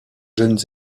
jeunes